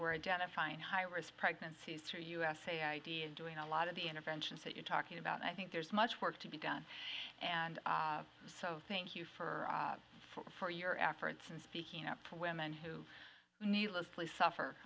were identifying high risk pregnancies to usa id and doing a lot of the interventions that you're talking about and i think there's much work to be done and so thank you for for your efforts and speaking up for women who needlessly suffer